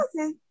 okay